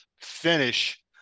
finish